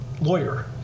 lawyer